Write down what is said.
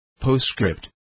Postscript